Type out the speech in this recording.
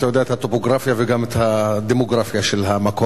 אתה יודע את הטופוגרפיה וגם את הדמוגרפיה של המקום,